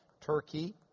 Turkey